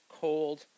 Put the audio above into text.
cold